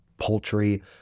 poultry